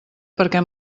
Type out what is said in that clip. perquè